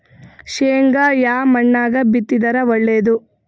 ಶೇಂಗಾ ಯಾ ಮಣ್ಣಾಗ ಬಿತ್ತಿದರ ಒಳ್ಳೇದು?